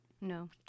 No